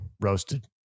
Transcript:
roasted